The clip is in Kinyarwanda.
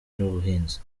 n’ubuhinzi